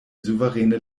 souveräne